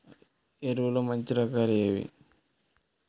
ఎరువుల్లో మంచి రకాలు ఏవి?